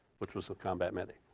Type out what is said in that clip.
which was a combat medic.